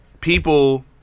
people